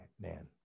man